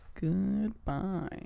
Goodbye